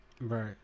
right